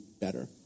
better